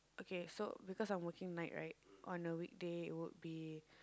okay so because I'm working night right on a weekday it would be